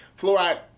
Fluoride